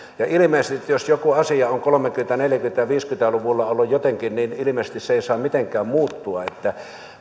ilmeisesti jos jokin asia on kolmekymmentä neljäkymmentä viisikymmentä luvulla ollut jotenkin niin se ei saa mitenkään muuttua